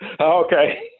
Okay